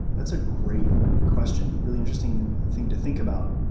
that's a great question, really interesting thing to think about.